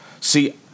See